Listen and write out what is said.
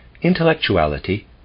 intellectuality